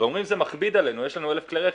אומרים: זה מכביד עלינו, יש לנו אלף כלי רכב.